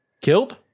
Killed